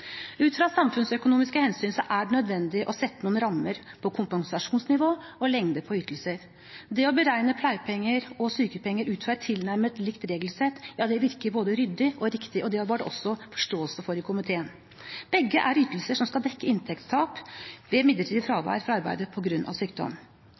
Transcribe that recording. Ut fra samfunnsøkonomiske hensyn er det nødvendig å sette noen rammer for kompensasjonsnivå og lengde på ytelser. Å beregne pleiepenger og sykepenger ut fra et tilnærmet likt regelsett virker både ryddig og riktig, og det var det også forståelse for i komiteen. Begge er ytelser som skal dekke inntektstap ved midlertidig